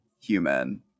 human